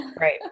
right